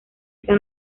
esta